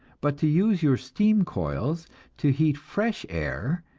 but to use your steam coils to heat fresh air,